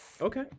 Okay